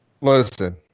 Listen